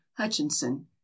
hutchinson